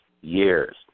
years